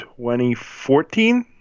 2014